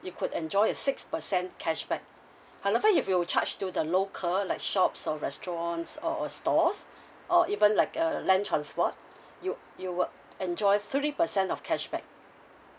you could enjoy a six percent cashback however if you were charge to the local like shops or restaurants or a stores or even like uh land transport you you will enjoy three percent of cashback